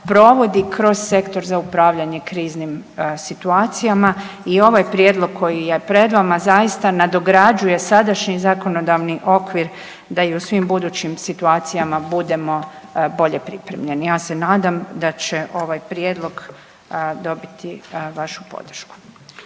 kroz sektor za upravljanje kriznim situacijama i ovo je prijedlog koji je pred vama, zaista nadograđuje sadašnji zakonodavni okvir da i u svim budućim situacijama budemo bolje pripremljeni. Ja se nadam da će ovaj prijedlog dobiti vašu podršku.